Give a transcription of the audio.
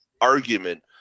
argument